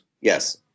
Yes